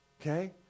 okay